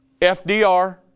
FDR